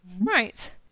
Right